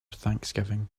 thanksgiving